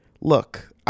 look